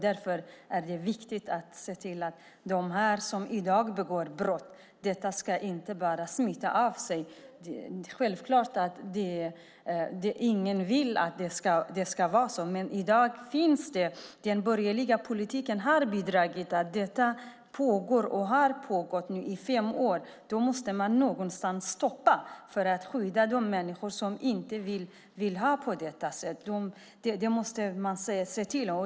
Därför är det viktigt att se till att de brott som i dag begås inte ska smitta av sig. Det är självklart att ingen vill att det ska vara så här. Men den borgerliga politiken har bidragit till att detta pågår och nu har pågått i fem år. Då måste man sätta stopp någonstans för att skydda de människor som inte vill ha det på detta sätt.